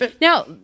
Now